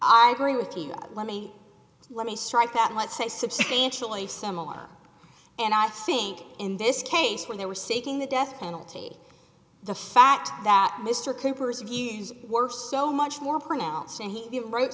i agree with you let me let me strike that let's say substantially similar and i think in this case when they were seeking the death penalty the fact that mr cooper's views were so much more pronounced and he wrote